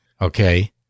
okay